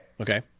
Okay